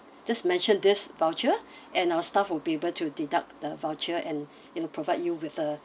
just mentioned this voucher and our staff will be able to deduct the voucher and you know provide you with a